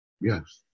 Yes